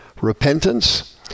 repentance